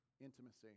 intimacy